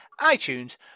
iTunes